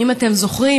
אם אתם זוכרים,